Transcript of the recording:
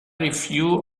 review